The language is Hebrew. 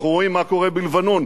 אנחנו רואים מה קורה בלבנון.